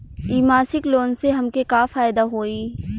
इ मासिक लोन से हमके का फायदा होई?